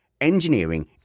engineering